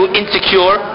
insecure